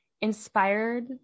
inspired